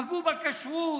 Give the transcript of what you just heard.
פגעו בכשרות,